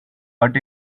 but